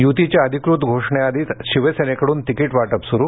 युतीच्या अधिकृत घोषणेआधीच शिवसेनेकडून तिकीट वाटप सुरू